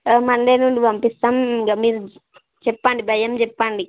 Monday నుండి పంపిస్తాం ఇక మీరు చెప్పండి భయం చెప్పండి